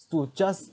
to just